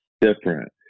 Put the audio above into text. different